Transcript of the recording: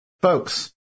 Folks